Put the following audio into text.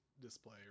display